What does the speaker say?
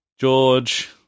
George